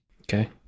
Okay